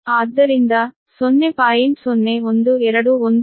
ಆದ್ದರಿಂದ 0